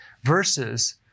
versus